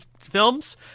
films